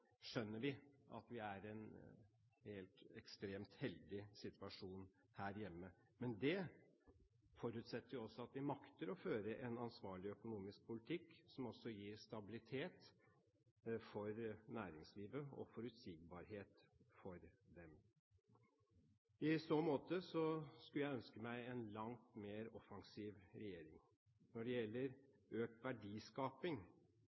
skjønner vi at vi er i en helt ekstremt heldig situasjon her hjemme. Men det forutsetter at vi makter å føre en ansvarlig økonomisk politikk, som også gir stabilitet og forutsigbarhet for næringslivet. I så måte kunne jeg ønske meg en langt mer offensiv regjering når det